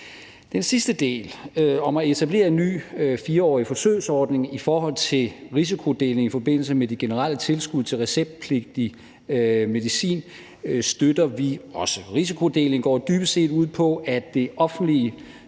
Den sidste del om at etablere en ny 4-årig forsøgsordning i forhold til risikodeling i forbindelse med de generelle tilskud til receptpligtig medicin støtter vi også. Risikodeling går jo dybest set ud på, at det offentlige